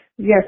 Yes